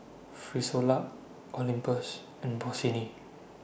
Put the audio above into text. Frisolac Olympus and Bossini